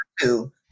two